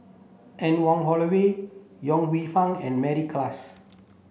Anne Wong Holloway Yong Lew Foong and Mary Klass